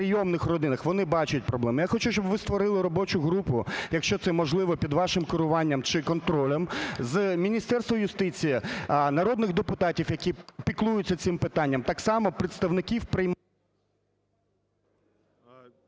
вони бачать проблему. Я хочу, щоб ви створили робочу групу, якщо це можливо, під вашим керуванням чи контролем з Міністерства юстиції, народних депутатів, які піклуються цим питанням, так само представників…